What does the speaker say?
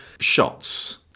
shots